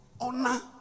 honor